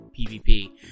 pvp